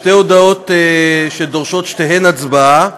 שתי הודעות שדורשות הצבעה.